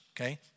Okay